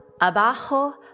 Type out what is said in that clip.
abajo